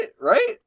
right